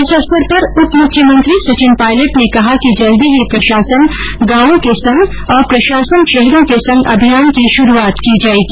इस अवसर पर उपमुख्यमंत्री सचिन पायलट ने कहा कि जल्दी ही प्रशासन गांवों के संग और प्रशासन शहरों के संग अभियान की शुरूआत की जायेगी